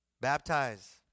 baptize